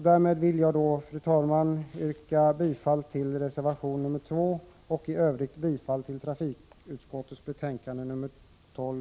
Därmed vill jag, fru talman, yrka bifall till reservation 2 och i övrigt till trafikutskottets hemställan i betänkande nr 12.